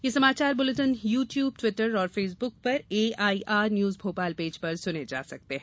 ये समाचार bulletin YouTube Twitter और फेसबुक पर एआईआर न्यूज भोपाल र्पज पर सुने जा सकते हैं